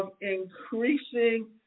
increasing